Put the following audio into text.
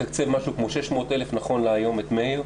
משהו כמו 600,000 נכון להיום את מאיר.